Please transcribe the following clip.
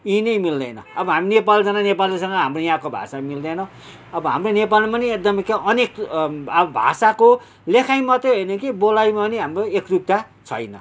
यहाँ नै मिल्दैन अब हामी नेपाल जाँदा नेपालीसँग हाम्रो यहाँको भाषा मिल्दैन अब हाम्रो नेपालमा पनि एकदमै क्या अनेक अब भाषाको लेखाई मात्रै होइन कि बोलाईमा पनि हाम्रो एकरुपता छैन